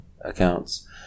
accounts